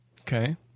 Okay